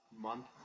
month